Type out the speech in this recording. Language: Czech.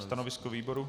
Stanovisko výboru?